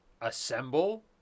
assemble